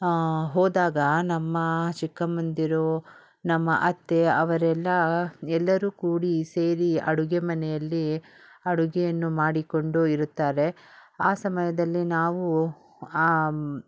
ಹೋದಾಗ ನಮ್ಮ ಚಿಕ್ಕಮ್ಮಂದಿರು ನಮ್ಮ ಅತ್ತೆ ಅವರೆಲ್ಲ ಎಲ್ಲರೂ ಕೂಡಿ ಸೇರಿ ಅಡುಗೆ ಮನೆಯಲ್ಲಿ ಅಡುಗೆಯನ್ನು ಮಾಡಿಕೊಂಡು ಇರುತ್ತಾರೆ ಆ ಸಮಯದಲ್ಲಿ ನಾವು ಆಂ